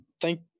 Thank